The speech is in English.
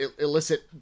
illicit